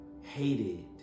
hated